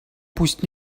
пусть